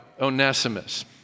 Onesimus